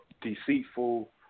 deceitful